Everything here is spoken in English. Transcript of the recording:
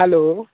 hello